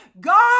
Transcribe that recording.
god